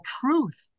truth